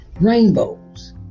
rainbows